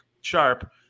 Sharp